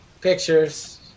Pictures